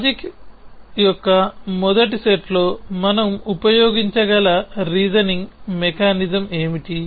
logic యొక్క మొదటి సెట్లో మనం ఉపయోగించగల రీజనింగ్ మెకానిజం ఏమిటి